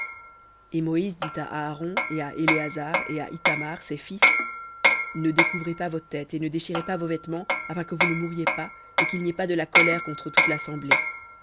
et moïse dit à aaron et à éléazar et à ithamar ses fils ne découvrez pas vos têtes et ne déchirez pas vos vêtements afin que vous ne mouriez pas et qu'il n'y ait pas de la colère contre toute l'assemblée